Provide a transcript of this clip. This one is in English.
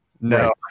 No